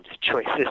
choices